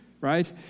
Right